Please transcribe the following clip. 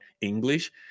English